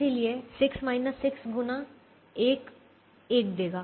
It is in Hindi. इसलिए 6 6 गुना 1 1 देगा